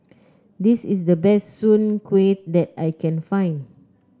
this is the best Soon Kueh that I can find